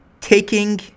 taking